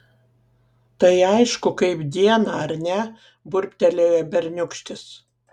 tai aišku kaip dieną ar ne burbtelėjo berniūkštis